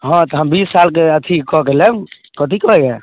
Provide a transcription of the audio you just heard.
हँ तऽ हम बीस सालके अथी कऽ कऽ लेब कथी कहै हइ